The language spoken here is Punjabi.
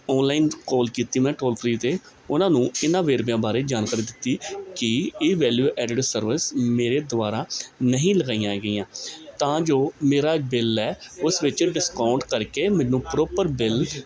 ਔਨਲਾਈਨ ਕੌਲ ਕੀਤੀ ਮੈਂ ਟੋਲ ਫਰੀ 'ਤੇ ਉਹਨਾਂ ਨੂੰ ਇਹਨਾਂ ਵੇਰਵਿਆਂ ਬਾਰੇ ਜਾਣਕਾਰੀ ਦਿੱਤੀ ਕਿ ਇਹ ਵੈਲਿਊ ਐਡਿਡ ਸਰਵਿਸ ਮੇਰੇ ਦੁਆਰਾ ਨਹੀਂ ਲਗਾਈਆਂ ਗਈਆਂ ਤਾਂ ਜੋ ਮੇਰਾ ਬਿੱਲ ਹੈ ਉਸ ਵਿੱਚ ਡਿਸਕਾਊਂਟ ਕਰਕੇ ਮੈਨੂੰ ਪ੍ਰੋਪਰ ਬਿੱਲ